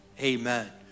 Amen